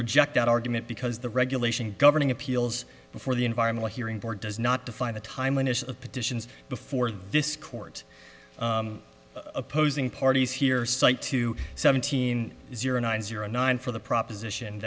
reject that argument because the regulation governing appeals before the environmental hearing board does not define the timeliness of petitions before this court opposing parties here cite two seventeen zero nine zero nine for the proposition